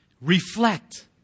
reflect